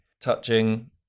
touching